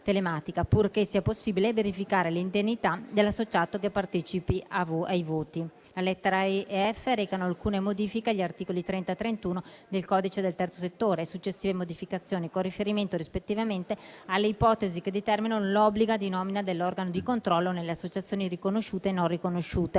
telematica, purché sia possibile verificare l'indennità dell'associato che partecipi ai voti. Le lettere *e)* e *f)* recano alcune modifiche agli articoli 30 e 31 del codice del Terzo settore e successive modificazioni, con riferimento rispettivamente alle ipotesi che determinano l'obbligo di nomina dell'organo di controllo nelle associazioni riconosciute e non riconosciute